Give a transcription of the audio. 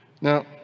Now